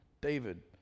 David